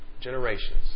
generations